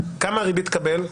כמה ריבית תקבל?